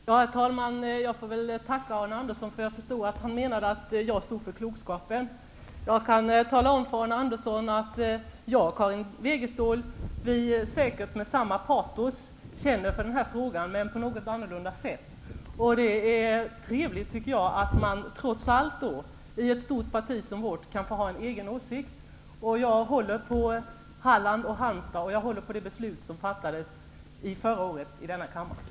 Herr talman! Jag får väl tacka Arne Andersson, för jag förstår att han menade att jag står för klokskapen. Jag kan tala om för honom att jag och Karin Wegestål med samma patos känner för denna fråga men på något olika sätt. Det är trevligt att man i ett stort parti som vårt kan få ha en egen åsikt. Jag håller på Halland och Halmstad och det beslut som fattades förra året i denna kammare.